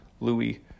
Louis